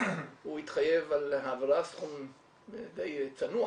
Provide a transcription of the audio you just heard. הוא התחייב על העברת סכום די צנוע,